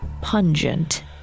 pungent